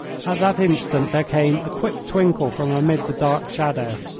that instant there came a quick twinkle from amid the dark shadow.